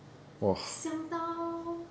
香到